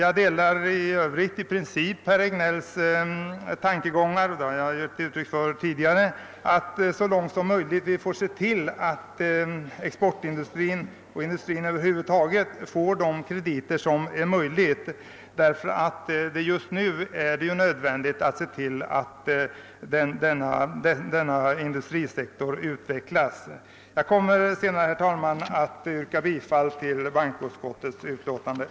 Som jag tidigare har tillkännagivit delar jag i princip herr Regnélls åsikt, att vi bör se till att exportindustrin och industrin över huvud taget så långt möjligt bör få de krediter som behövs, eftersom det just nu är särskilt angeläget att industrisektorn utvecklas. Jag kommer senare, herr talman, att yrka bifall till bankoutskottets hemställan.